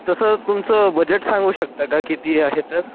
तसं तुमचं बजेट सांगू शकता का किती आहे तर